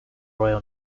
royal